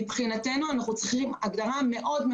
מבחינתנו אנחנו צריכים הגדרה ברורה מאוד,